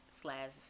slash